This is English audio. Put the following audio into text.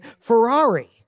Ferrari